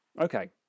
Okay